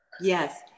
Yes